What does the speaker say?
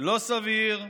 לא סביר.